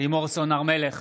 לימור סון הר מלך,